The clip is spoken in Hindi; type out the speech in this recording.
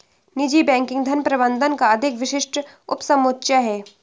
निजी बैंकिंग धन प्रबंधन का अधिक विशिष्ट उपसमुच्चय है